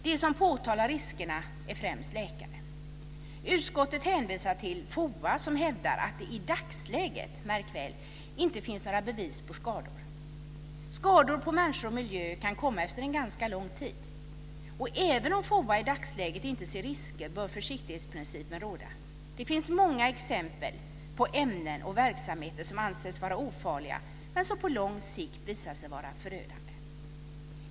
De som påtalar riskerna är främst läkare. Utskottet hänvisar till FOA, som hävdar att det i dagsläget - märk väl - inte finns några bevis på skador. Skador på människor och miljö kan komma efter en ganska lång tid. Även om FOA i dagsläget inte ser några risker så bör försiktighetsprincipen råda. Det finns många exempel på ämnen och verksamheter som ansetts vara ofarliga men som på lång sikt har visat sig vara förödande.